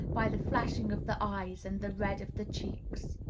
by the flashing of the eyes and the red of the cheeks.